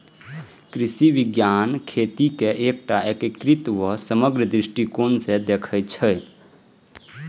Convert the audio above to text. कृषि विज्ञान खेती कें एकटा एकीकृत आ समग्र दृष्टिकोण सं देखै छै